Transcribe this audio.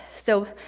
so,